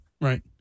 Right